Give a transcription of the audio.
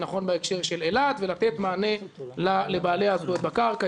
זה נכון בהקשר של אילת ולתת מענה לבעלי הזכויות בקרקע,